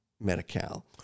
Medi-Cal